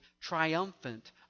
triumphant